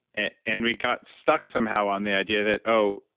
and and we got stuck somehow on the idea that oh,